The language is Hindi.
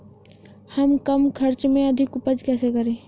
हम कम खर्च में अधिक उपज कैसे करें?